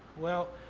well,